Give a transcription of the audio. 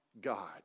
God